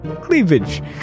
Cleavage